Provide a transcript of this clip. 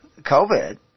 COVID